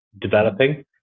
developing